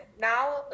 now